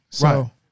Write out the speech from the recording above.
Right